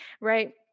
right